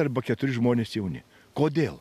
arba keturi žmonės jauni kodėl